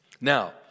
Now